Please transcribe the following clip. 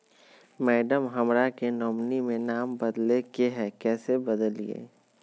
madam, हमरा के nominee में नाम बदले के हैं, कैसे बदलिए